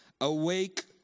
Awake